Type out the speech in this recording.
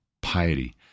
piety